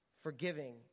Forgiving